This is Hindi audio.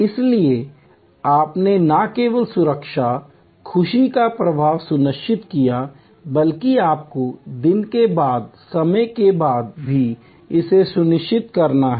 इसलिए आपने न केवल सुरक्षा खुशी का प्रवाह सुनिश्चित किया है बल्कि आपको दिन के बाद समय के बाद भी इसे सुनिश्चित करना है